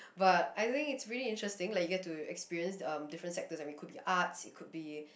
but I think it's really interesting like you get to experience um different sectors I mean it could be arts it could be